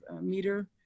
meter